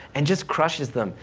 and just crushes them,